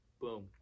boom